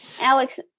Alex